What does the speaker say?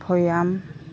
ভৈয়াম